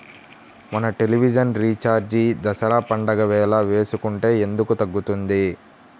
మన television recharge Dasara పండగ వేళ వేసుకుంటే ఎందుకు తగ్గుతుంది?